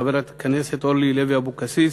חברת הכנסת אורלי לוי אבקסיס,